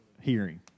hearing